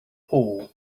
all